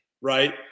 right